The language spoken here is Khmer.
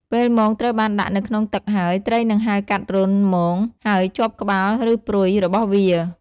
ពេលមងត្រូវបានដាក់នៅក្នុងទឹកហើយ ត្រីនឹងហែលកាត់រន្ធមងហើយជាប់ក្បាលឬព្រុយរបស់វា។